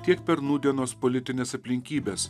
tiek per nūdienos politines aplinkybes